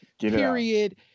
period